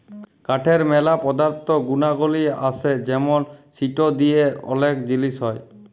কাঠের ম্যালা পদার্থ গুনাগলি আসে যেমন সিটো দিয়ে ওলেক জিলিস হ্যয়